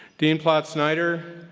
dean ploutz-snyder,